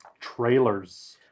trailers